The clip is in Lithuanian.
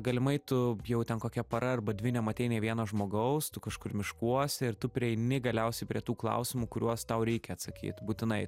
galimai tu jau ten kokia para arba dvi nematei nė vieno žmogaus tu kažkur miškuose ir tu prieini galiausiai prie tų klausimų kuriuos tau reikia atsakyt būtinai